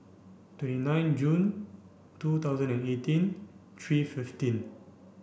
twenty nine June two thousand and eighteen three fifteen